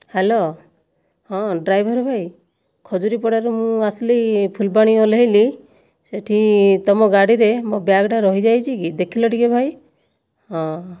hello ହଁ driver ଭାଇ ଖଜୁରୀପଡ଼ାରୁ ମୁଁ ଆସିଲି ଫୁଲବାଣୀ ଓହ୍ଲାଇଲି ସେଠି ତୁମ ଗାଡ଼ିରେ ମୋ' ବ୍ୟାଗ୍ଟା ରହିଯାଇଛିକି ଦେଖିଲ ଟିକିଏ ଭାଇ ହଁ